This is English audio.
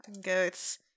Goats